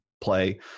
play